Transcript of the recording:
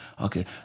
Okay